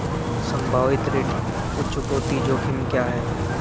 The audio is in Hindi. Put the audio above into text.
संभावित ऋण चुकौती जोखिम क्या हैं?